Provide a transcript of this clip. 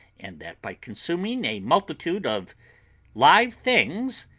and that by consuming a multitude of live things,